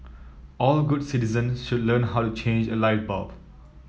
all good citizens should learn how to change a light bulb